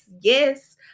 yes